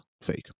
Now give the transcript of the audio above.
fake